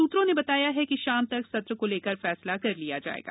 सूत्रों ने बताया कि शाम तक सत्र को लेकर फैसला कर लिया जायेगा